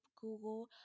google